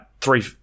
three